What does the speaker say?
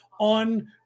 on